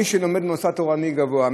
מי שלומד במוסד תורני גבוה,